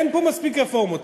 אין פה מספיק רפורמות.